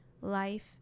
life